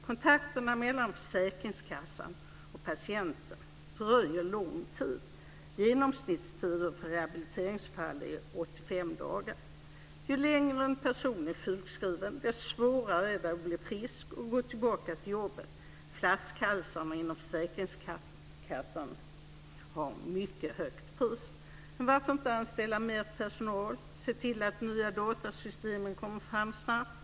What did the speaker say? Kontakterna mellan försäkringskassan och patienten dröjer länge. Genomsnittstiden för rehabiliteringsfall är 85 dagar. Ju längre en person är sjukskriven, desto svårare är det att bli frisk och gå tillbaka till jobbet. Flaskhalsarna inom försäkringskassan har ett mycket högt pris. Varför inte anställa mer personal och se till att nya datasystem kommer fram snabbt?